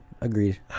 agreed